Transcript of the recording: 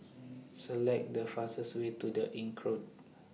Select The fastest Way to The Inncrowd